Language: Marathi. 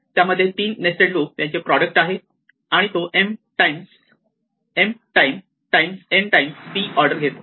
त्यामध्ये तीन नेस्टेड लूप यांचे प्रॉडक्ट आहे आणि तो m times n times p order घेतो